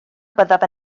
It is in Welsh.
byddaf